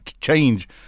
change